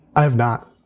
i have not.